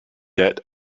debt